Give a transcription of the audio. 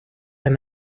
and